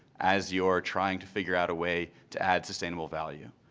as you're trying to figure out a way to add sustainable value.